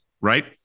right